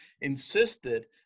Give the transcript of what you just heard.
insisted